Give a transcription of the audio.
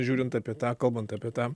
žiūrint apie tą kalbant apie tą